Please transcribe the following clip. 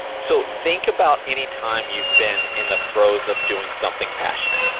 so, think about any time you've been in the throes of doing something passionate,